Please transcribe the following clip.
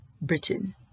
Britain